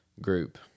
group